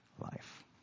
life